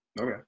Okay